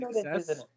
success